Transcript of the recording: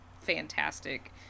fantastic